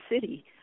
city